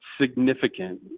significant